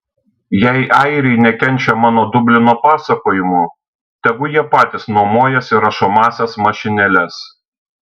jei airiai nekenčia mano dublino pasakojimų tegu jie patys nuomojasi rašomąsias mašinėles